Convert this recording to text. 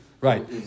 Right